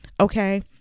Okay